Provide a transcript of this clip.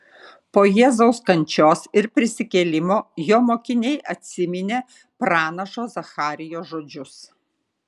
po jėzaus kančios ir prisikėlimo jo mokiniai atsiminė pranašo zacharijo žodžius